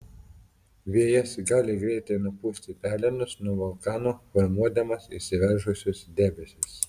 vėjas gali greitai nupūsti pelenus nuo vulkano formuodamas išsiveržusius debesis